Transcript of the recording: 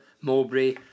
Mowbray